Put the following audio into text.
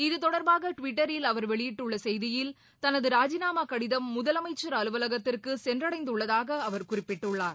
இத்தொடர்பாக டுவிட்டரில் அவர் வெளியிட்டுள்ள செய்தியில் தனது ராஜினாமா கடிதம் முதலமைச்சர் அலுவலகத்திற்கு சென்றடைந்துள்ளதாக அவர் குறிப்பிட்டுள்ளார்